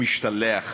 ומשתלח,